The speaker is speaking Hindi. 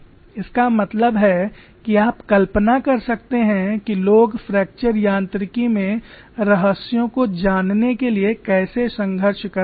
इसका मतलब है कि आप कल्पना कर सकते हैं कि लोग फ्रैक्चर यांत्रिकी में रहस्यों को जानने के लिए कैसे संघर्ष कर रहे थे